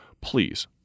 please